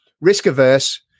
risk-averse